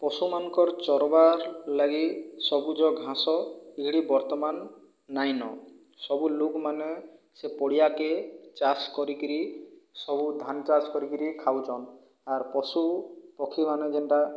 ପଶୁମାନଙ୍କର ଚରିବାର ଲାଗି ସବୁଜ ଘାସ ଏଠି ବର୍ତ୍ତମାନ ନାଇଁନ ସବୁ ଲୋକମାନେ ସେ ପଡ଼ିଆକେ ଚାଷ କରିକରି ସବୁ ଧାନ ଚାଷ କରିକରି ଖାଉଛନ୍ତି ଆଉ ପଶୁ ପକ୍ଷୀମାନେ ଯେଉଁଟା